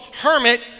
hermit